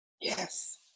yes